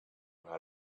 how